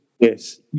Yes